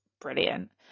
brilliant